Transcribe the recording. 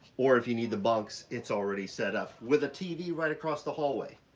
or if you need the bunks, it's already set up with a tv right across the hallway.